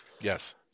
Yes